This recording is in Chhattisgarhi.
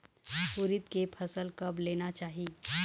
उरीद के फसल कब लेना चाही?